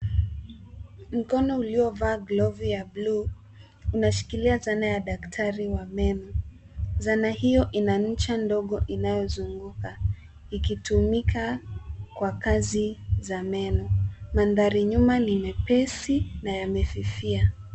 Mkono uliovaa glovu ya [blue] unashikilia zana ya daktari wa meno. Zana hio ina ncha ndogo inayozunguka ikitumika kwa kazi za meno. Mandhari nyuma ni mepesi na yamefifia.